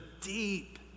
deep